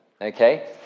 okay